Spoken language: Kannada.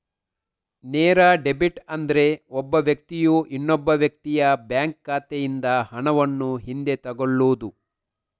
ನೇರ ಡೆಬಿಟ್ ಅಂದ್ರೆ ಒಬ್ಬ ವ್ಯಕ್ತಿಯು ಇನ್ನೊಬ್ಬ ವ್ಯಕ್ತಿಯ ಬ್ಯಾಂಕ್ ಖಾತೆಯಿಂದ ಹಣವನ್ನು ಹಿಂದೆ ತಗೊಳ್ಳುದು